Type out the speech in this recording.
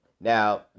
Now